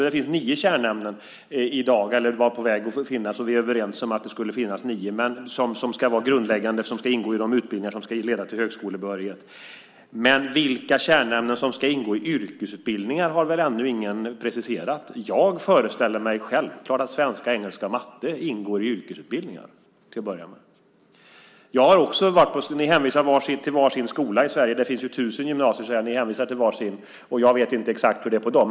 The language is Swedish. Det är på väg att finnas nio kärnämnen i dag som ska ingå i de utbildningar som ska leda till högskolebehörighet. Men vilka kärnämnen som ska ingå i yrkesutbildningarna har väl ännu ingen preciserat. Jag föreställer mig självklart att svenska, engelska och matte ska ingå i yrkesutbildningarna. Ni hänvisar till var sin skola i Sverige. Det finns tusen gymnasier, och ni hänvisar till var sin. Jag vet inte exakt hur det är på dem.